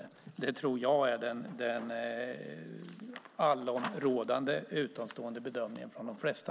Det tror jag är den rådande utomstående bedömningen av de flesta.